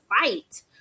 fight